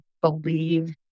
believe